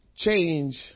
Change